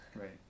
right